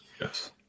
Yes